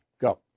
go